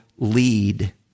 lead